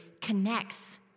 connects